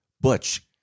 Butch